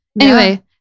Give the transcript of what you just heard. anyway-